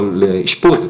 אישפוז,